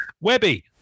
Webby